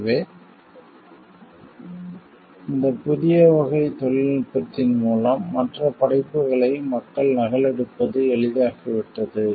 எனவே இந்த புதிய தொழில்நுட்பத்தின் மூலம் மற்ற படைப்புகளை மக்கள் நகலெடுப்பது எளிதாகிவிட்டது